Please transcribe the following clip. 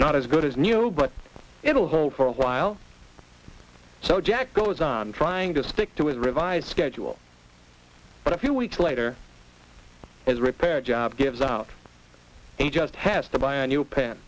not as good as new but it'll hold for a while so jack goes on trying to stick to his revised schedule but a few weeks later his repair job gives out he just has to buy a new p